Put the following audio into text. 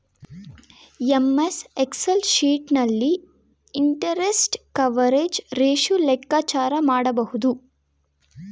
MS Excel sheet ನಲ್ಲಿ interest coverage ratio ಲೆಕ್ಕಾಚಾರ ಮಾಡಬಹುದು